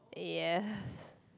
yes